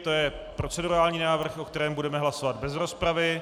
To je procedurální návrh, o kterém budeme hlasovat bez rozpravy.